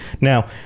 now